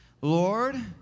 Lord